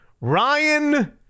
Ryan